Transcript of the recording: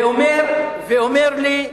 הוא אומר לי: